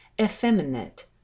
effeminate